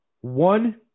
One